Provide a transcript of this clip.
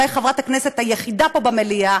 אולי חברת הכנסת היחידה פה במליאה,